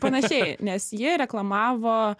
panašiai nes ji reklamavo